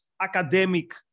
academic